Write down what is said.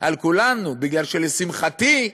על כולנו, כי לשמחתי,